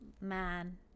man